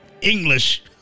english